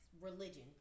religion